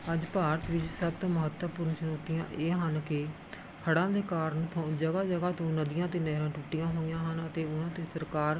ਅੱਜ ਭਾਰਤ ਵਿੱਚ ਸਭ ਤੋਂ ਮਹੱਤਵਪੂਰਨ ਚੁਣੌਤੀਆਂ ਇਹ ਹਨ ਕਿ ਹੜ੍ਹਾਂ ਦੇ ਕਾਰਨ ਥੋ ਜਗ੍ਹਾਂ ਜਗ੍ਹਾਂ ਤੋਂ ਨਦੀਆਂ ਅਤੇ ਨਹਿਰਾਂ ਟੁੱਟੀਆਂ ਹੋਈਆਂ ਹਨ ਅਤੇ ਉਹਨਾਂ 'ਤੇ ਸਰਕਾਰ